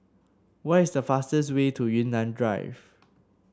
what is the fastest way to Yunnan Drive